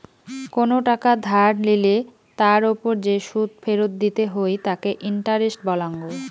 কোনো টাকা ধার লিলে তার ওপর যে সুদ ফেরত দিতে হই তাকে ইন্টারেস্ট বলাঙ্গ